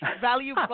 value